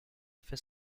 fait